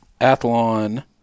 Athlon—